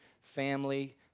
family